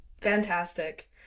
Fantastic